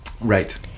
Right